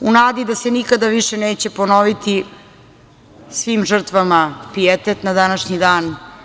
U nadi da se nikada više neće ponoviti, svim žrtvama pijetet na današnji dan.